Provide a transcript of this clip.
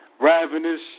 Ravenous